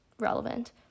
relevant